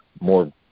More